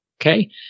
Okay